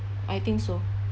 I think so